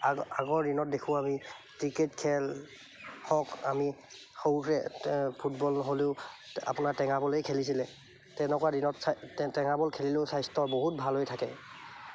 আগ আগৰ দিনত দেখোঁ আমি ক্ৰিকেট খেল হওক আমি সৰুতে ফুটবল হ'লেও আপোনাৰ টেঙাবলেই খেলিছিলে তেনেকুৱা দিনত চা টেঙাবল খেলিলেও স্বাস্থ্য বহুত ভাল হৈ থাকে